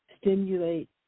stimulate